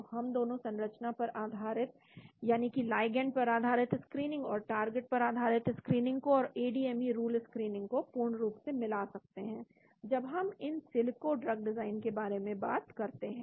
तो हम दोनों संरचना पर आधारित यानी कि लाइगैंड पर आधारित स्क्रीनिंग और टारगेट पर आधारित स्क्रीनिंग को और एडीएमई रूल स्क्रीनिंग को पूर्ण रूप से मिला सकते हैं जब हम इन सिलिको ड्रग डिजाइन के बारे में बात करते हैं